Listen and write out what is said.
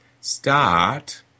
Start